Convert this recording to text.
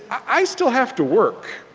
i still have to work.